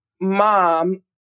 mom